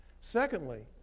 Secondly